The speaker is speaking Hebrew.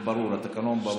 זה ברור, התקנון ברור.